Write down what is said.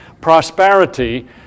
prosperity